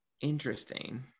Interesting